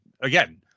again